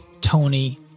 Tony